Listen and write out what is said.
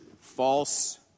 false